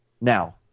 Now